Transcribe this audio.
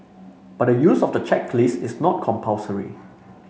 but the use of the checklist is not compulsory